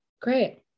Great